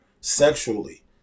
sexually